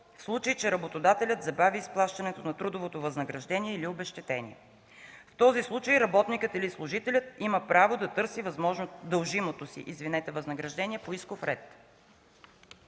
в случай че работодателят забави изплащането на трудовото възнаграждение или обезщетение. В този случай работникът или служителят има право да търси дължимото си възнаграждение по исков ред.